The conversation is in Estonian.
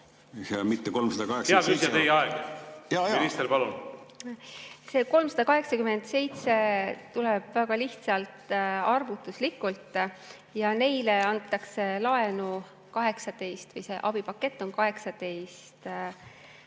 See 387 tuleb väga lihtsalt, arvutuslikult, ja neile antakse laenu või see abipakett on 18